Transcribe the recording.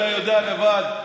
אתה יודע לבד,